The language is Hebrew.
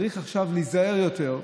צריך עכשיו להיזהר יותר.